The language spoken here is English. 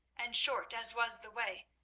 and, short as was the way,